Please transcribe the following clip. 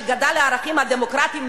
שגדל על הערכים הדמוקרטיים,